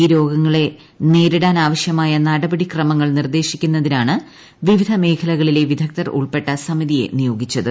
ഈ രോഗങ്ങളെ നേരിടാൻ ആവശ്യമായ നടപടിക്രമങ്ങൾ നിർദ്ദേശിക്കുന്നതിനാണ് വിവിധ മേഖലകളിലെ വിദഗ്ദ്ധർ ഉൾപ്പെട്ട സമിതിയെ നിയോഗിക്കുന്നത്